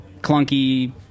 Clunky